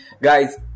Guys